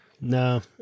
No